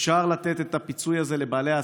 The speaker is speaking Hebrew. אפשר לתת את הפיצוי הזה לבעלי העסקים.